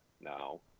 now